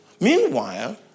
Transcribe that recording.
Meanwhile